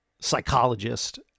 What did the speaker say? psychologist